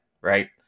right